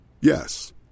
Yes